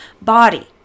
body